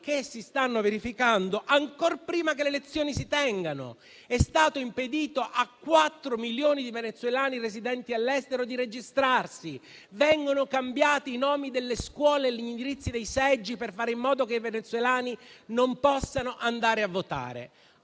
si stanno verificando ancor prima che le elezioni si tengano. È stato impedito a quattro milioni di venezuelani residenti all'estero di registrarsi; vengono cambiati i nomi delle scuole, gli indirizzi dei seggi, per fare in modo che i venezuelani non possano andare a votare.